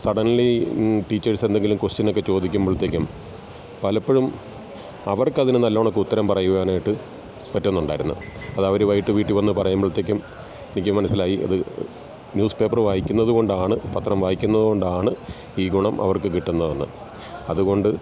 suddenly teachers എന്തെങ്കിലും question ഒക്കെ ചോദിക്കുമ്പോൾത്തേക്കും പലപ്പഴും അവർക്ക് അതിന് നല്ലകണക്ക് ഉത്തരം പറയുവാനായിട്ട് പറ്റുന്നുണ്ടായിരുന്നു അതവർ വൈകിട്ട് വീട്ടിൽ വന്ന് പറയുമ്പഴത്തേക്കും എനിക്ക് മനസ്സിലായി അത് ന്യൂസ് പേപ്പർ വായിക്കുന്നത് കൊണ്ടാണ് പത്രം വായിക്കുന്നത് കൊണ്ടാണ് ഈ ഗുണം അവർക്ക് കിട്ടുന്നതെന്ന് അതുകൊണ്ട്